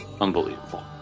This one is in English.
unbelievable